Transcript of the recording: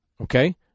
okay